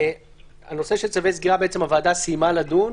בנושא של צווי סגירה הוועדה סיימה לדון.